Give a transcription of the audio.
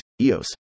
EOS